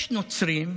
יש נוצרים,